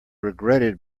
regretted